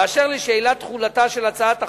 אשר לשאלת תחולתה של הצעת החוק,